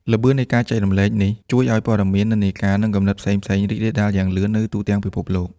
ល្បឿននៃការចែករំលែកនេះជួយឲ្យ ព័ត៌មាន និន្នាការ និង គំនិត ផ្សេងៗ រីករាលដាលយ៉ាងលឿននៅទូទាំងពិភពលោក។